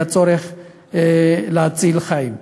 ומצד שני היה צריך להציל חיים.